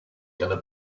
gonna